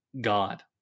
God